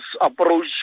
approach